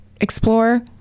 explore